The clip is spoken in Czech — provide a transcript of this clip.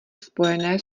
spojené